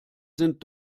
sind